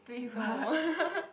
no